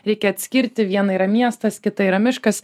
reikia atskirti vieną yra miestas kita yra miškas